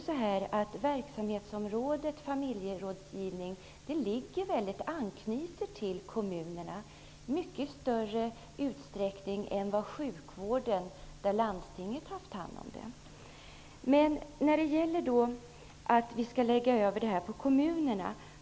Men verksamhetsområdet familjerådgivning anknyter i mycket större utsträckning till kommunerna än till sjukvården, där landstingen har haft hand om den.